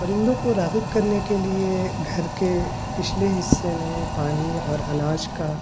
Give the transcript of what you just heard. پرندوں کو راغب کرنے کے لیے گھر کے پچھلے حصے میں پانی اور اناج کا